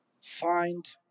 find